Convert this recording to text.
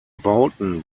bauten